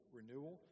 renewal